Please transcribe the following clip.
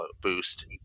boost